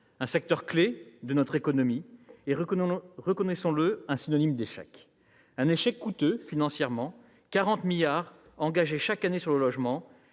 un secteur clé de notre économie et, reconnaissons-le, un synonyme d'échec. Un échec coûteux, financièrement, puisque 40 milliards d'euros sont engagés chaque année sur le logement.